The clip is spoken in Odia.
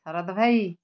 ଶରଦ ଭାଇ